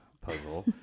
puzzle